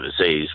overseas